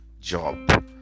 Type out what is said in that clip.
job